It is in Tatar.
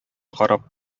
карап